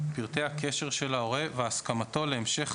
פרטי הקשר של ההורה והסכמתו להמשך